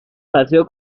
paseo